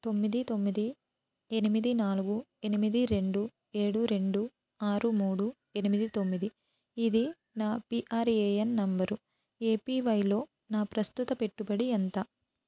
తొమ్మిది తొమ్మిది ఎనిమిది నాలుగు ఎనిమిది రెండు ఏడు రెండు ఆరు మూడు ఎనిమిది తొమ్మిది ఇది నా పిఆర్ఏఎన్ నెంబరు ఏపీవైలో నా ప్రస్తుత పెట్టుబడి ఎంత